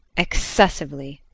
excessively.